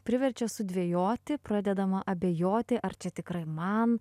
priverčia sudvejoti pradedama abejoti ar čia tikrai man